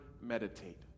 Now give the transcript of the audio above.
meditate